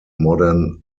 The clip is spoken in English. modern